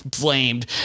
blamed